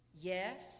yes